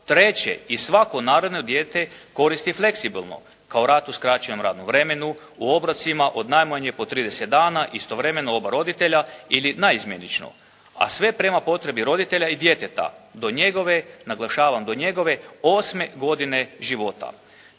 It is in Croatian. treće i svako naredno dijete koristi fleksibilno kao rad u skraćenom radnom vremenu, u obrocima od najmanje po 30 dana istovremeno oba roditelja ili naizmjenično, a sve prema potrebi roditelja i djeteta do njegove, naglašavam do njegove 8. godine života.